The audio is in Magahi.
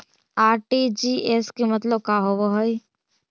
आर.टी.जी.एस के मतलब का होव हई?